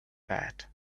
bad